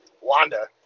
Wanda